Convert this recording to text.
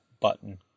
button